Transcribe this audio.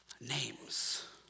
names